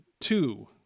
two